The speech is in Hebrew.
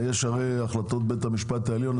יש הרי החלטות בית המשפט העליון.